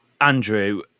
Andrew